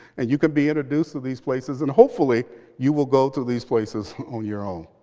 and you can be introduced to these places. and hopefully you will go to these places on your own.